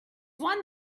one